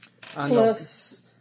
plus